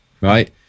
right